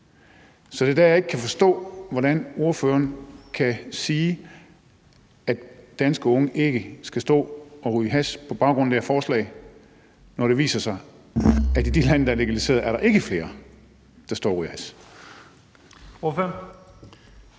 Så det er der, jeg ikke kan forstå, hvordan ordføreren kan sige, at danske unge ikke skal stå og ryge hash på baggrund af det her forslag, når det viser sig, at i de lande, der har legaliseret det, er der ikke flere, der står og ryger hash.